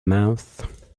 mouth